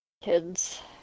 Kids